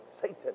Satan